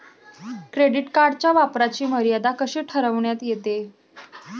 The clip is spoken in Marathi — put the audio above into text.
क्रेडिट कार्डच्या वापराची मर्यादा कशी ठरविण्यात येते?